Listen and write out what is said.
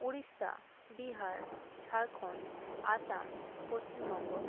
Orissa Bihar Jharkhand Assam Paschimbanga